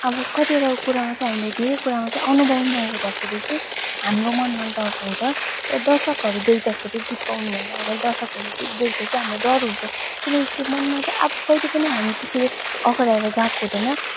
अब कतिवटा कुरामा चाहिँ हामीले धेरै कुरामा चाहिँ अनुभव नहुँदाखेरि चाहिँ हाम्रो मनमा डर हुन्छ र दर्शकहरू देख्दाखेरि चाहिँ गीत गाउनु भन्दा अगाडि दर्शकहरू देख्दा चाहिँ हामीलाई डर हुन्छ किनकि त्यो मनमा चाहिँ अब कहिले पनि हामी त्यसरी अगाडि आएर गाएको हुँदैन